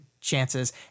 chances